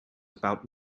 about